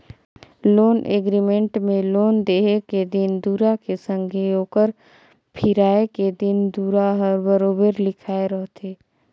loan agreement में loan देहे के दिन दुरा के संघे ओकर फिराए के दिन दुरा हर बरोबेर लिखाए रहथे